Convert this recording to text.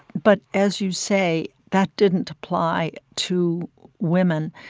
but, as you say, that didn't apply to women.